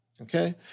okay